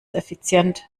effizient